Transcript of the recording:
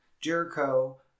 Jericho